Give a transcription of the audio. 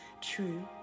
true